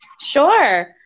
Sure